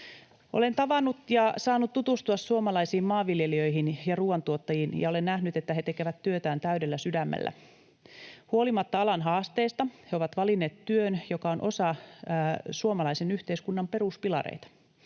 Olen tavannut ja saanut tutustua suomalaisiin maanviljelijöihin ja ruoantuottajiin, ja olen nähnyt, että he tekevät työtään täydellä sydämellä. Huolimatta alan haasteista he ovat valinneet työn, joka on osa suomalaisen yhteiskunnan peruspilareita